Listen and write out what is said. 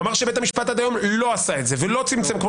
הוא אמר שבית המשפט עד היום לא עשה את זה ולא צמצם כמו